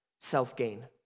self-gain